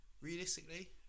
realistically